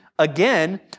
Again